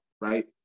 right